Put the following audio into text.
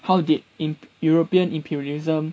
how did im~ european imperialism